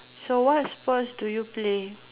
so what sport do you play